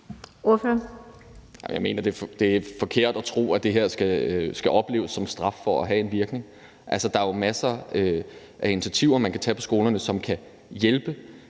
Jeg mener, det er forkert at tro, at det skal opleves som straf for at have en virkning. Der er jo masser af initiativer, man kan tage på skolerne, for at ændre